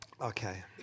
Okay